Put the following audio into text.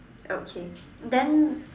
okay then